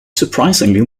surprisingly